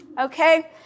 okay